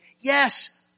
yes